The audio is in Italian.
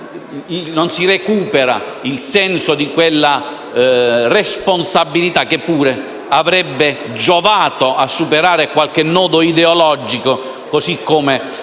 non si recupera il senso di quella responsabilità che pure avrebbe giovato a superare qualche nodo ideologico, così come